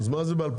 אז מה היה ב-2006?